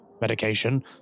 medication